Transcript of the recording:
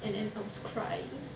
and then I was crying